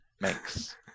makes